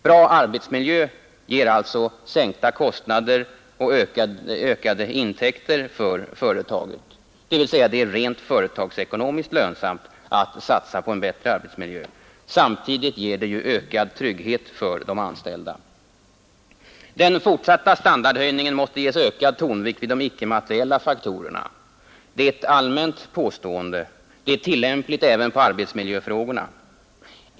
Bra arbetsmiljö ger alltså sänkta kostnader och ökade intäkter för företaget, dvs. det är rent företagsekonomiskt lönsamt att satsa på en bättre arbetsmiljö. Samtidigt ger det ju också ökad trygghet för de anställda. Den fortsatta standardhöjningen måste ges ökad tonvikt i de icke-materiella faktorerna. Det är ett allmänt påstående. Det är tillämpligt även på arbetsmiljöfrågorna.